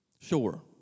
Sure